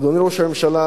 אדוני ראש הממשלה,